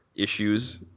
issues